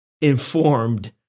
informed